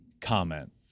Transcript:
comment